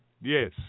Yes